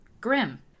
Grim